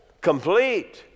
complete